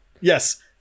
Yes